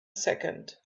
second